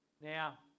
Now